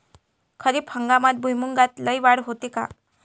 खरीप हंगामात भुईमूगात लई वाढ होते का?